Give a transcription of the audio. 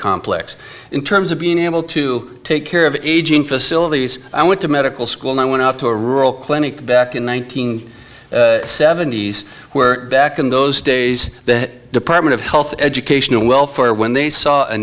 complex in terms of being able to take care of aging facilities i went to medical school and i went out to a rural clinic back in one nine hundred seventy s where back in those days that department of health education and welfare when they saw a